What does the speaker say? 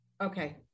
okay